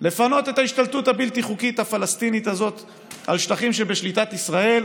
לפנות את ההשתלטות הבלתי-חוקית הפלסטינית הזאת על שטחים שבשליטת ישראל.